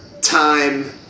time